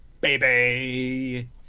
Baby